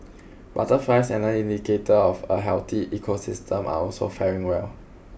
butterflies another indicator of a healthy ecosystem are also faring well